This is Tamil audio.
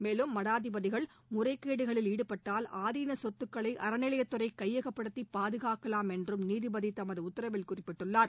மேலும் மடாதிபதிகள் முறைகேடுகளில் ஈடுபட்டால் ஆதீன சொத்துக்களை அறநிலையத்துறை கையகப்படுத்தி பாதுகாக்கலாம் என்றும் நீதிபதி தமது உத்தரவில் குறிப்பிட்டுள்ளார்